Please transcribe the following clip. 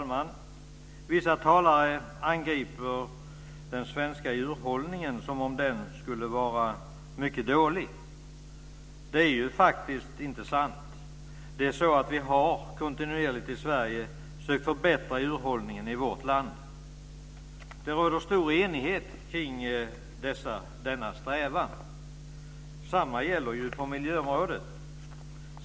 Fru talman! Vissa talare angriper den svenska djurhållningen, som om den skulle vara mycket dålig. Det är faktiskt inte sant. Vi har kontinuerligt försökt förbättra djurhållningen i Sverige. Det råder stor enighet kring denna strävan. Detsamma gäller på miljöområdet.